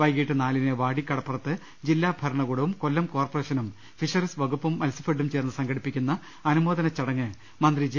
വൈകിട്ട് നാലിന് വാടി കടപ്പുറത്ത് ജില്ലാ ഭരണകൂടവും കൊല്ലം കോർപ്പറേഷനും ഫിഷറീസ് വകുപ്പും മത്സ്യഫെഡും ചേർന്ന് സംഘടിപ്പിക്കുന്ന അനുമോദന ചടങ്ങ് മന്ത്രി ജെ